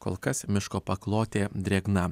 kol kas miško paklotė drėgna